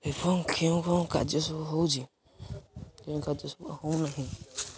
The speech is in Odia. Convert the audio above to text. ଏବଂ କେଉଁ କେଉଁ କାର୍ଯ୍ୟ ସବୁ ହେଉଛି କେଉଁ କାର୍ଯ୍ୟ ସବୁ ହଉନାହିଁ